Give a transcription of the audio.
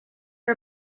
her